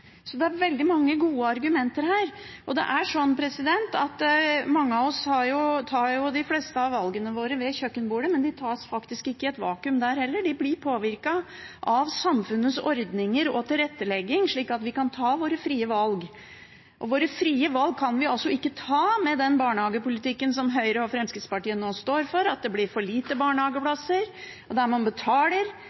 Så det er veldig mange gode argumenter her. Mange av oss tar de fleste av valgene våre ved kjøkkenbordet, men de tas faktisk ikke i et vakuum der heller – de blir påvirket av samfunnets ordninger og tilrettelegging for at vi kan ta våre frie valg. Frie valg kan vi ikke ta med den barnehagepolitikken Høyre og Fremskrittspartiet står for: Det blir for få barnehageplasser, man betaler for å holde barna unna barnehagen og mor unna jobb, med kontantstøtte eller ved at man